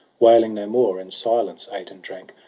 wailing no more, in silence ate and drank,